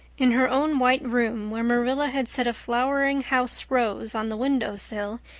in her own white room, where marilla had set a flowering house rose on the window sill,